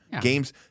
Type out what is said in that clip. Games